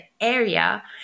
area